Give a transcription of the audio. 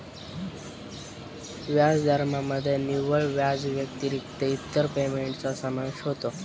व्याजदरामध्ये निव्वळ व्याजाव्यतिरिक्त इतर पेमेंटचा समावेश होतो